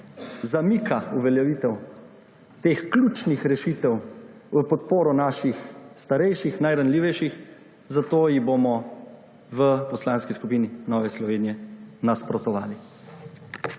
zamika uveljavitev teh ključnih rešitev v podporo naših starejših, najranljivejših, zato ji bomo v Poslanski skupini Nova Slovenija nasprotovali.